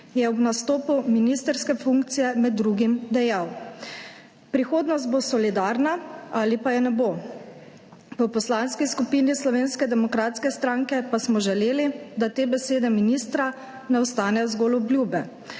je ob nastopu ministrske funkcije med drugim dejal: »Prihodnost bo solidarna ali pa je ne bo.« V Poslanski skupini Slovenske demokratske stranke pa smo želeli, da te besede ministra ne ostanejo zgolj obljube,